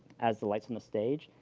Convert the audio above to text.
as the lights on the stage.